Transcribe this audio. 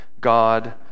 God